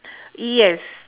yes